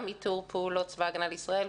גם --- פעולות צבא הגנה לישראל,